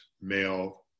male